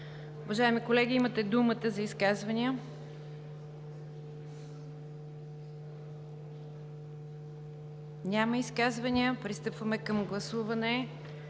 Уважаеми колеги, имате думата за изказвания. Няма изказвания. Пристъпваме към гласуване